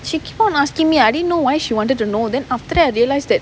she keep on asking me I didn't know why she wanted to know then after that I realised that